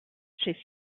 she